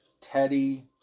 Teddy